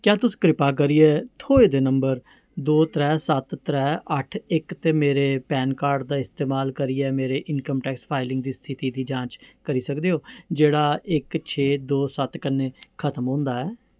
क्या तुस कृपा करियै थ्होए दे नंबर दो त्रै सत्त त्रै अट्ठ इक ते मेरे पैन कार्ड दा इस्तमाल करियै मेरे इनकम टैक्स फाइलिंग दी स्थिति दी जांच करी सकदे ओ जेह्ड़ा इक छे दो सत्त कन्नै खतम होंदा ऐ